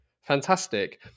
Fantastic